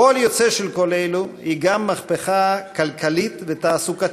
פועל יוצא של כל אלו הוא גם מהפכה כלכלית ותעסוקתית,